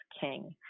king